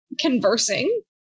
conversing